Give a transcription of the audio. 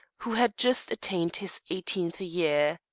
who had just attained his eighteenth year.